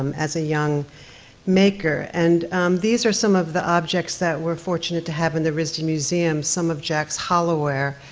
um as a young maker, and these are some of the objects that we're fortunate to have in the risd museum, some of jack's hollowware.